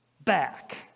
back